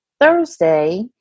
Thursday